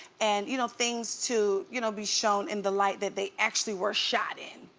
and you know things to you know be shown in the light that they actually were shot in.